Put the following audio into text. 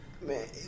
Man